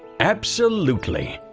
absolutely!